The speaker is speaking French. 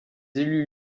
élus